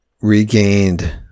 regained